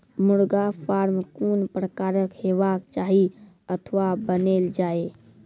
मुर्गा फार्म कून प्रकारक हेवाक चाही अथवा बनेल जाये?